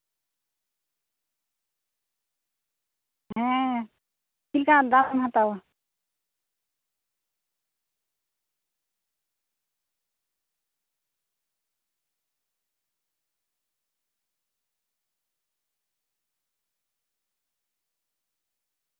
ᱦᱮᱸ ᱪᱮᱫ ᱞᱮᱠᱟᱱᱟᱜ ᱫᱟᱢ ᱮᱢ ᱦᱟᱛᱟᱣᱟ